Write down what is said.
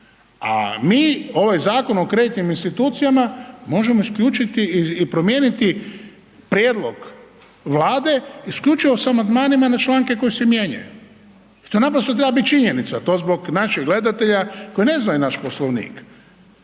ovaj Zakon o kreditnim institucijama, možemo isključiti i promijeniti prijedlog Vlade, isključivo sa amandmanima na članke koji se mijenjaju i to naprosto treba biti činjenica, to zbog naših gledatelja koji ne znaju naš Poslovnik